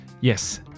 Yes